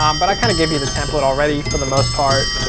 um but i kind of give you the template already for the most part.